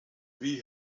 wie